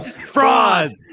Frauds